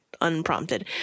unprompted